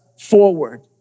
forward